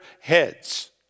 heads